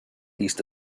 east